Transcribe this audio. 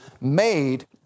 made